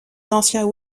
anciens